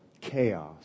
chaos